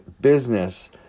business